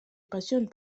passionne